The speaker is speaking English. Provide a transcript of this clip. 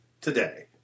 today